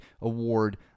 Award